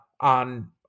on